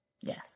Yes